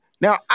Now